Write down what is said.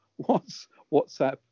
WhatsApp